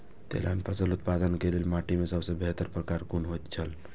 तेलहन फसल उत्पादन के लेल माटी के सबसे बेहतर प्रकार कुन होएत छल?